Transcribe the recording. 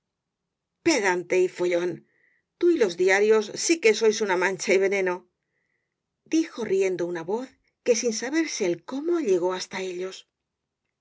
pedante y follón tú y los diarios sí que sois él caballero de las botas azules ti una mancha y veneno dijo riendo una voz que sin saberse el cómo llegó hasta á ellos